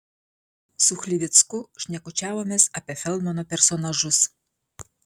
su chlivicku šnekučiavomės apie feldmano personažus